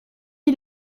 est